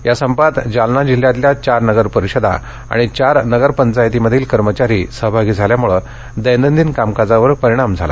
या संपात जालना जिल्ह्यातल्या चार नगरपरिषदा आणि चार नगरपंचायतींमधील कर्मचारी सहभागी झाल्यामुळे दैनंदिन कामकाजावर परिणाम झाला